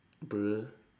bruh